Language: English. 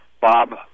Bob